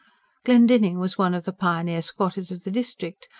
glendinning was one of the pioneer squatters of the district,